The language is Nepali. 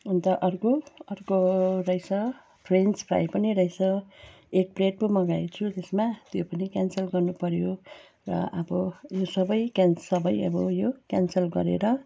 अन्त अर्को अर्को रहेछ फ्रेन्च फ्राई पनि रहेछ एक प्लेट पो मगाएछु त्यसमा त्यो पनि क्यान्सल गर्नु पर्यो र अब यो सबै क्यानस सबै अब यो क्यान्सल गरेर